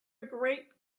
great